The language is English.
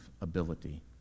ability